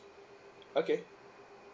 okay